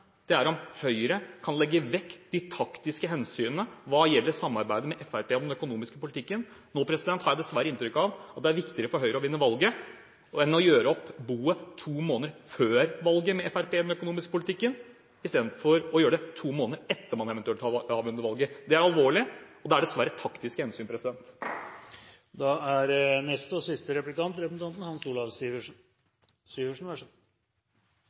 burde handle om, er at det viktigste bidraget til at Norge skal gjøre det bra i den økonomiske politikken også de neste årene, er at Høyre kan legge vekk de taktiske hensynene hva gjelder samarbeidet med Fremskrittspartiet om den økonomiske politikken. Nå har jeg dessverre inntrykk av at det er viktigere for Høyre å vinne valget enn å gjøre opp boet med Fremskrittspartiet om den økonomiske politikken to måneder før valget – og isteden gjøre det to måneder etter at man eventuelt har vunnet valget. Det er alvorlig, og det er dessverre av taktiske hensyn.